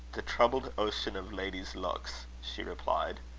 the troubled ocean of ladies' looks, she replied.